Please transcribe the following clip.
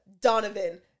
Donovan